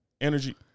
energy